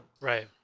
right